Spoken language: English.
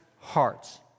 hearts